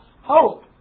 hope